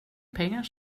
pengar